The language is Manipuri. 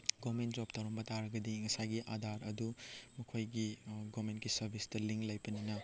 ꯒꯣꯕꯔꯃꯦꯟ ꯖꯣꯕ ꯇꯧꯔꯝꯕ ꯇꯥꯔꯒꯗꯤ ꯉꯁꯥꯏꯒꯤ ꯑꯙꯥꯔ ꯑꯗꯨ ꯃꯈꯣꯏꯒꯤ ꯒꯣꯕꯔꯃꯦꯟꯒꯤ ꯁꯔꯚꯤꯁꯇ ꯂꯤꯡ ꯂꯩꯕꯅꯤꯅ